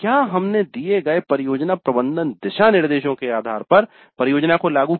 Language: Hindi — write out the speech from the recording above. क्या हमने दिए गए परियोजना प्रबंधन दिशानिर्देशों के आधार पर परियोजना को लागू किया